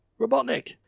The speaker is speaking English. Robotnik